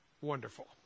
wonderful